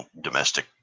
domestic